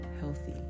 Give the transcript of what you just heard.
healthy